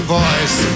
voice